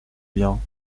bien